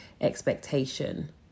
expectation